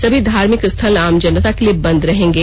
सभी धार्मिक स्थल आम जनता के लिए बंद रहेंगे